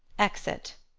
exit